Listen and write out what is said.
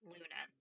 Luna